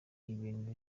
ibintu